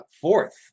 fourth